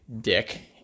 dick